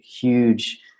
huge